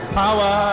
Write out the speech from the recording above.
power